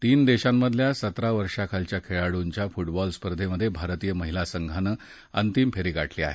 तीन देशांमधल्या सतरा वर्षांखालच्या खेळाडूंच्या फुटबॉल स्पर्धेत भारतीय महिला संघानं अंतिम फेरी गाठली आहे